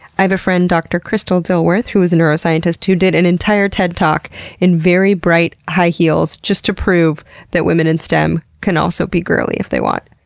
i have a friend, dr. crystal dilworth, who is a neuroscientist who did an entire ted talk in very bright high heels just to prove that women in stem can also be girly if they want.